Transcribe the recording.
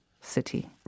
city